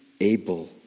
able